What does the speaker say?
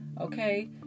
Okay